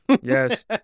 Yes